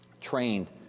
trained